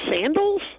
sandals